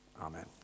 Amen